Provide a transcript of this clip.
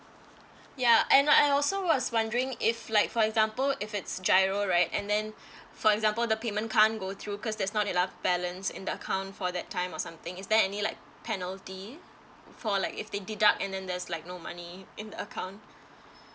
ya and I also was wondering if like for example if it's giro right and then for example the payment can't go through cause there's not enough balance in the account for that time or something is there any like penalty for like if they deduct and then there's like no money in the account